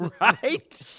right